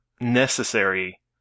necessary